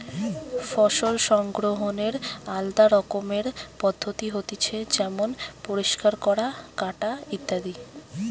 ফসল সংগ্রহনের আলদা রকমের পদ্ধতি হতিছে যেমন পরিষ্কার করা, কাটা ইত্যাদি